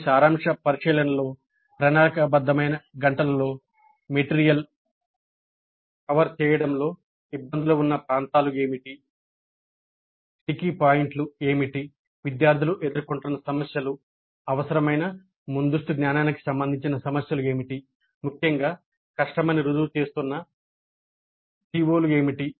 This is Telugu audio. ఈ సారాంశ పరిశీలనలలో ప్రణాళికాబద్ధమైన గంటలలో పదార్థాన్ని కవర్ చేయడంలో ఇబ్బందులు ఉన్న ప్రాంతాలు ఏమిటి స్టిక్కీ పాయింట్లు ఏమిటి విద్యార్థులు ఎదుర్కొంటున్న సమస్యలు అవసరమైన ముందస్తు జ్ఞానానికి సంబంధించిన సమస్యలు ఏమిటి ముఖ్యంగా కష్టమని రుజువు చేస్తున్న CO లు ఏమిటి